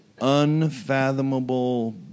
unfathomable